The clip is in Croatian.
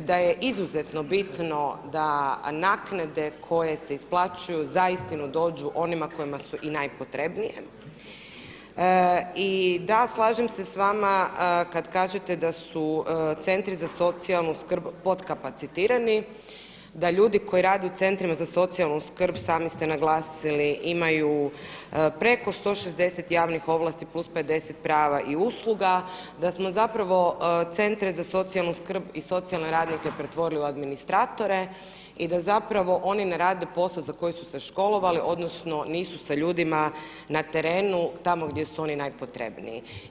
da je izuzetno bitno da naknade koje se isplaćuju zaistinu dođu onima kojima su i najpotrebnije i da se slažem se s vama kada kažete da su centri za socijalnu skrb pod kapacitirani, da ljudi koji rade u centrima za socijalnu sami ste naglasili imaju preko 160 javnih ovlasti plus 50 prava i usluga, da smo zapravo Centre za socijalnu skrb i socijalne radnike pretvorili u administratore i da zapravo oni ne rade posao za koji su se školovali, odnosno nisu sa ljudima na terenu tamo gdje su oni najpotrebniji.